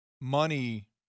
money –